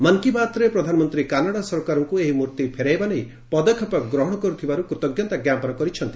ମନ୍ କୀ ବାତ୍ରେ ପ୍ରଧାନମନ୍ତ୍ରୀ କାନାଡ଼ା ସରକାରଙ୍କୁ ଏହି ମୂର୍ତ୍ତି ଫେରାଇବା ନେଇ ପଦକ୍ଷେପ ଗ୍ରହଣ କରିଥିବାରୁ କୃତଜ୍ଞତା ଜ୍ଞାପନ କରିଛନ୍ତି